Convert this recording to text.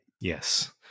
Yes